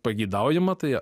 pageidaujama tai